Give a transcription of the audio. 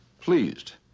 pleased